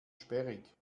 sperrig